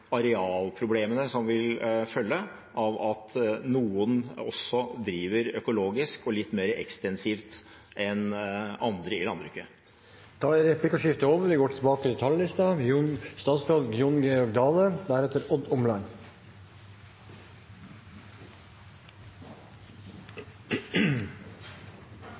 arealproblemene som vil følge av at noen driver økologisk og litt mer ekstensivt enn andre i landbruket. Replikkordskiftet er